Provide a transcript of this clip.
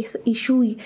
इस इश्यू गी